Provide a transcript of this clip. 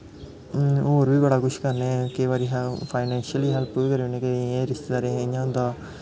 होर बी बड़ा कुछ करने केईं बारी अस फाईनैंशली हैल्प बी करी ओड़ने केइयें रिश्तेदारें दी इ'यां होंदा